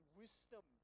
wisdom